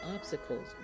obstacles